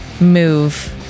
move